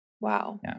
Wow